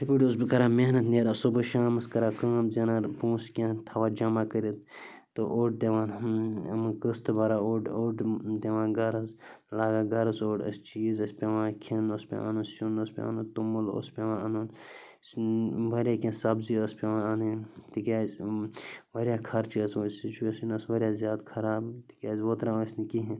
یِتھَے پٲٹھۍ اوسُس بہٕ کران محنت نیران صُبُح شامَس کران کٲم زینان پونٛسہٕ کیٚنہہ تھاوان جَمع کٔرِتھ تہٕ اوٚڑ دِوان یِمَن قٕسطٕ بران اوٚڑ اوٚڑ دِوان گَرَس لاگان گَرَس اوٚڑ أسۍ چیٖز ٲسۍ پٮ۪وان کھٮ۪ن اوس پٮ۪وان اَنُن سیُن اوس پٮ۪وان اَنُن توٚمُل اوس پٮ۪وان اَنُن واریاہ کیٚنہہ سَبزی ٲس پٮ۪وان اَنٕنۍ تِکیٛازِ واریاہ خرچہِ ٲس سُچویشَن ٲس واریاہ زیادٕ خراب تِکیٛازِ وُتران ٲسۍ نہٕ کِہیٖنۍ